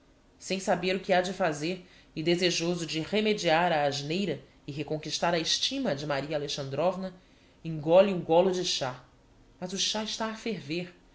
sem saber o que ha-de fazer e desejoso de remediar a asneira e reconquistar a estima de maria alexandrovna engole um golo de chá mas o chá está a ferver